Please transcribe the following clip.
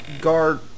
guard